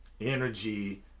energy